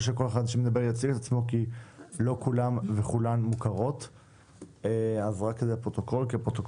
שאדם מייצג עניינו של אדם פלוני שהוא טיפל בו במסגרת התפקיד למשך תקופה